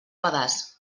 pedaç